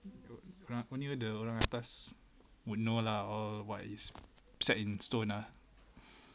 orang only the orang atas would know lah all what is set in stone lah